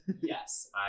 Yes